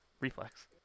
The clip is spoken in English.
Reflex